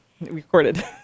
recorded